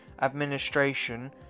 Administration